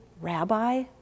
rabbi